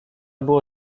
było